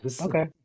Okay